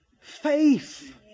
Faith